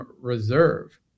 reserve